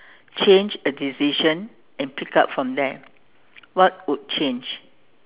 change a decision and pick up from there what would change